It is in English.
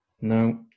No